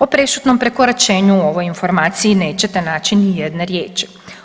O prešutnom prekoračenju u ovoj informaciji nećete naći ni jedne riječi.